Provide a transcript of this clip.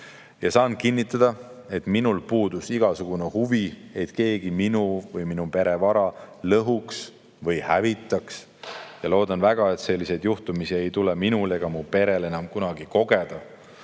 Saan kinnitada, et minul puudus igasugune huvi, et keegi minu või minu pere vara lõhuks või hävitaks, ja loodan väga, et selliseid juhtumeid ei tule minul ega mu perel enam kunagi kogeda.